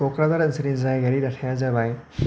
क'क्राझार ओनसोलनि जायगायारि दाथाया जाबाय